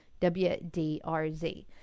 WDRZ